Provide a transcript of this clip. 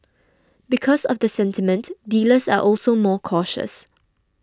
because of the sentiment dealers are also more cautious